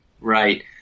Right